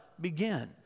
begin